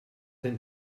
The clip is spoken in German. denn